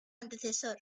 antecesor